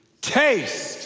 Taste